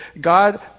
God